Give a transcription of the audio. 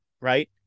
Right